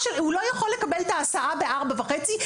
הוא לא יכול לקבל את ההסעה בשעה ארבע וחצי,